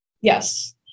Yes